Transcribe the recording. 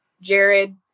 Jared